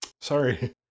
sorry